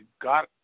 got